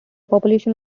population